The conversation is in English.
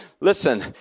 listen